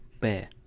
Bear